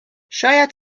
شاید